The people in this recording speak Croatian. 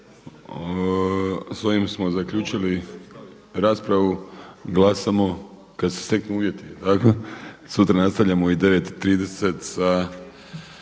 Sa ovim smo zaključili raspravu. Glasamo kad se steknu uvjeti. Jel' tako? Sutra nastavljamo u 9,30